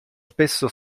spesso